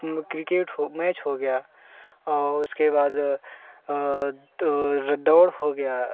cricket हो match हो गया उसके बाद दौड़ हो गया